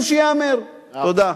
תודה.